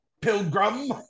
Pilgrim